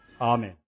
Amen